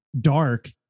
dark